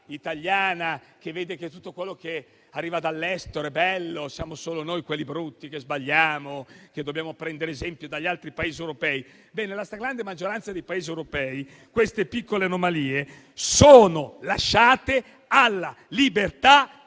italiana che vede che tutto quello che arriva dall'estero come bello, mentre siamo solo noi quelli brutti che sbagliano, per cui dobbiamo prendere esempio dagli altri Paesi europei. Ebbene, nella stragrande maggioranza dei Paesi europei queste piccole anomalie sono lasciate alla libertà